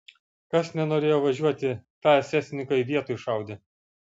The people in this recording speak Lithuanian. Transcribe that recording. kas nenorėjo važiuoti tą esesininkai vietoj šaudė